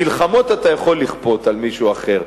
מלחמות אתה יכול לכפות על מישהו אחר,